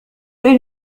إلى